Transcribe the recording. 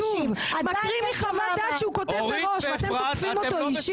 הוא מקריא מחוות דעת שהוא כותב מראש ואתם תוקפים אותו אישית.